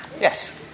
Yes